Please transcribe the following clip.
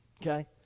Okay